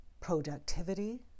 productivity